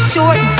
Short